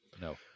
No